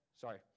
sorry